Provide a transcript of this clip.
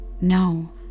No